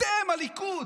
אתם, הליכוד,